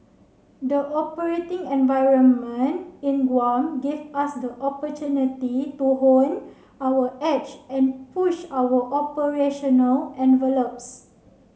the operating environment in Guam gave us the opportunity to hone our edge and push our operational envelopes